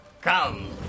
Come